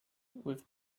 with